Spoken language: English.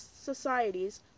societies